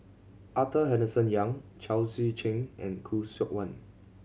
Arthur Henderson Young Chao Tzee Cheng and Khoo Seok Wan